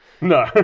no